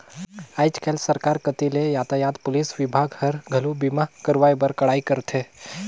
आयज कायज सरकार कति ले यातयात पुलिस विभाग हर, घलो बीमा करवाए बर कड़ाई करथे